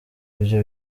ibyo